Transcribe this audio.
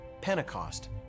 Pentecost